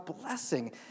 blessing